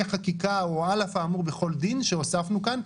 החקיקה או 'על אף האמור בכל דין' שהוספנו כאן.